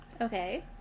Okay